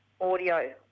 audio